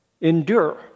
endure